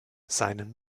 seinen